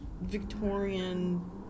Victorian